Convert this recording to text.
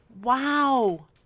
Wow